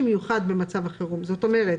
מיוחד במצב החירום," -- זאת אומרת,